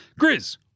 Grizz